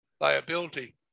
liability